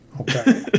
Okay